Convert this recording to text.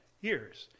years